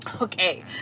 okay